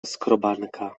skrobanka